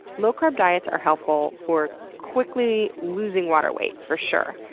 low carb diets are helpful for quickly losing water weight, for sure.